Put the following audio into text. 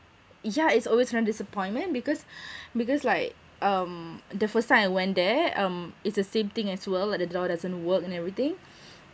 yeah it's always one disappointment because because like um the first time I went there um it's the same thing as well like the door doesn't work and everything